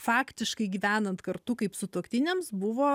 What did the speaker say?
faktiškai gyvenant kartu kaip sutuoktiniams buvo